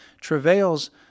travails